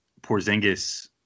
Porzingis